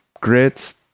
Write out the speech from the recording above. grits